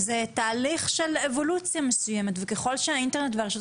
זה תהליך של אבולוציה מסוימת וככל שהאינטרנט והרשתות